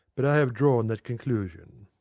but i have drawn that conclusion.